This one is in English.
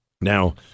Now